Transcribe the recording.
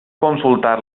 consultar